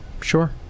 Sure